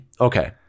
okay